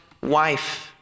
wife